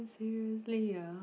seriously ah